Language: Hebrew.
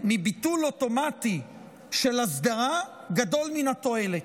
מביטול אוטומטי של אסדרה גדול מן התועלת,